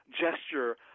gesture